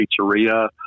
Pizzeria